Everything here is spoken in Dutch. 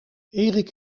erik